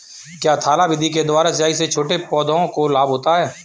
क्या थाला विधि के द्वारा सिंचाई से छोटे पौधों को लाभ होता है?